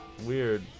weird